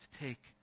take